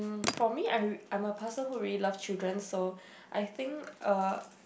for me I I'm a person who really loves children so I think uh